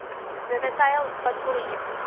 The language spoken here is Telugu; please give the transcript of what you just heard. వ్యవసాయ ఉత్పత్తుల్ని